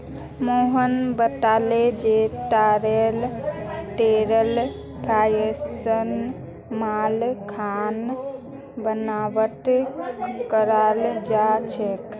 मोहन बताले जे तारेर तेलेर पइस्तमाल खाना बनव्वात कराल जा छेक